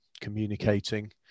communicating